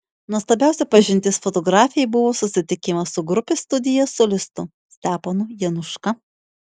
nuostabiausia pažintis fotografei buvo susitikimas su grupės studija solistu steponu januška